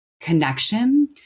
connection